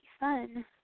fun